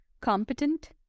competent